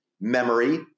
memory